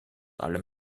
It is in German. allem